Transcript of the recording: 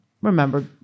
remember